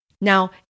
Now